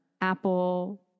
Apple